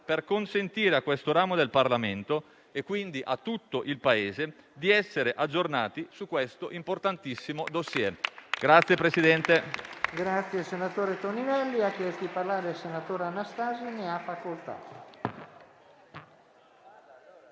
per consentire a questo ramo del Parlamento, e quindi a tutto il Paese, di essere aggiornati su questo importantissimo *dossier*.